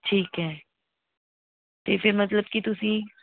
ਠੀਕ ਹੈ ਅਤੇ ਫਿਰ ਮਤਲਬ ਕਿ ਤੁਸੀਂ